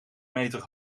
meter